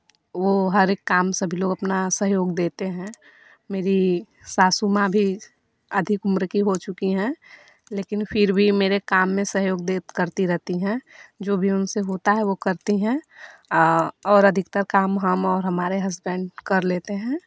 वह हर एक काम सभी लोग अपना सहयोग देते हैं मेरी सासू माँ भी अधिक उम्र की हो चुकी हैं लेकिन फिर भी मेरे काम में सहयोग देत करती रहती हैं जो भी उनसे होता है वह करती हैं और अधिकतर काम हम और हमारे हस्बैंड कर लेते हैं